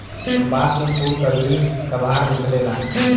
बांस में फुल कभी कभार निकलेला